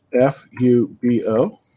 F-U-B-O